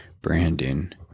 brandon